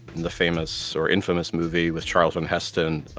and the famous, or infamous movie with charlton heston,